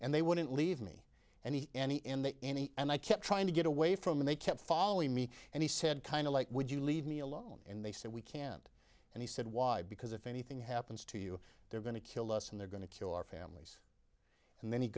and they wouldn't leave me and he and he and any and i kept trying to get away from him they kept following me and he said kind of like would you leave me alone and they said we can't and he said why because if anything happens to you they're going to kill us and they're going to kill our families and then he